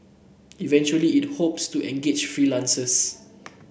eventually it hopes to engage freelancers